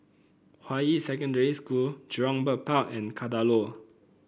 Hua Yi Secondary School Jurong Bird Park and Kadaloor